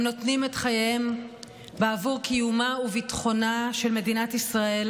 הם נותנים את חייהם בעבור קיומה וביטחונה של מדינת ישראל